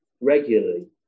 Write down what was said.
regularly